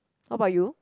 how about you